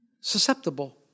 susceptible